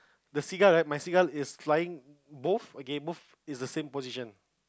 the seagull right my seagull is flying both okay both is the same position